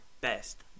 best